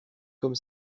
comme